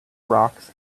rocks